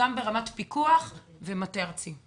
גם ברמת פיקוח ומטה ארצי.